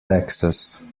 texas